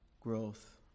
growth